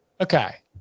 okay